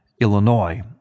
Illinois